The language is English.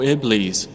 Iblis